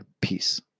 Peace